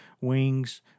wings